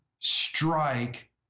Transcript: Strike